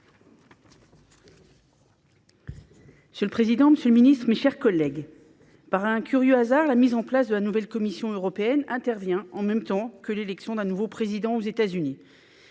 Monsieur le président, monsieur le ministre, mes chers collègues, par un curieux hasard, l’installation de la nouvelle Commission européenne intervient au même moment que l’élection d’un nouveau président aux États Unis.